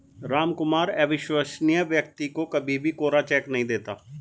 रामकुमार अविश्वसनीय व्यक्ति को कभी भी कोरा चेक नहीं देता